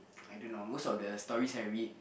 I don't know most of the stories I read